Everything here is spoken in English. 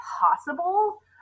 possible